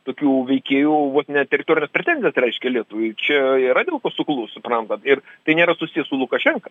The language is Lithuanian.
tokių veikėjų vos ne teritorines pretenzijas reiškia lietuvai čia yra dėl ko suklust suprantat ir tai nėra susiję su lukašenka